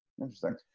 interesting